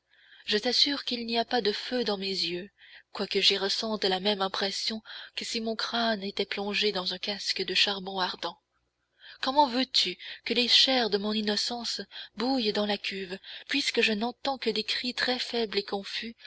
je t'assure qu'il n'y a pas de feu dans mes yeux quoique j'y ressente la même impression que si mon crâne était plongé dans un casque de charbons ardents comment veux-tu que les chairs de mon innocence bouillent dans la cuve puisque je n'entends que des cris très faibles et confus